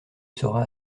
sera